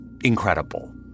incredible